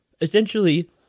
essentially